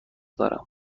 دارم